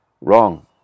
Wrong